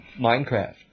Minecraft